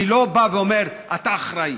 אני לא בא ואומר: אתה אחראי.